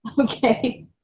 Okay